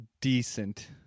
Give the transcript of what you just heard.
Decent